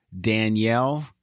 Danielle